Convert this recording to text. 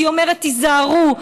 היא אומרת: תיזהרו.